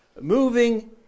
moving